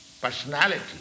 Personality